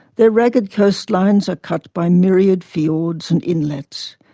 their ragged coastlines are cut by myriad fiords and inlets.